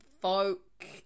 folk